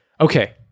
Okay